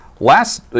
Last